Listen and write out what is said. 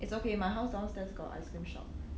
it's okay my house downstairs got ice cream shop